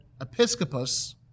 episcopus